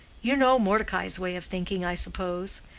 you know mordecai's way of thinking, i suppose.